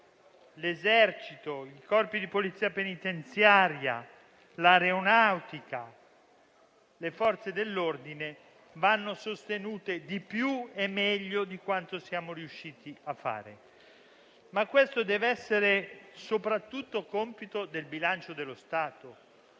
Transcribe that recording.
l'Esercito, il Corpo di polizia penitenziaria, l'Aeronautica, le Forze dell'ordine devono essere sostenuti di più e meglio di quanto siamo riusciti a fare. Ma questo deve essere soprattutto compito del bilancio dello Stato.